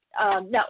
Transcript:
no